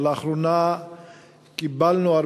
אבל לאחרונה קיבלנו,